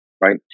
right